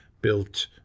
built